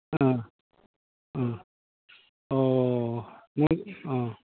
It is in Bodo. अ अ अ